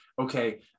okay